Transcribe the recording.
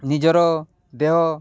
ନିଜର ଦେହ